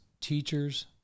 teachers